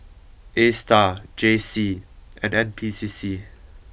A s t a r J C and N P C C